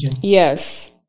Yes